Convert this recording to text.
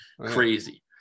crazy